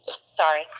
sorry